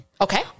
okay